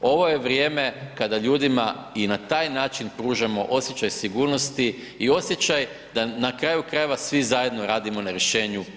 Ovo je vrijeme kada ljudima i na taj način pružamo osjećaj sigurnosti i osjećaj da na kraju krajeva svi zajedno radimo na rješenju ove krize.